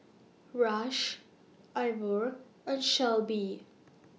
Rush Ivor and Shelbi